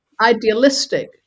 idealistic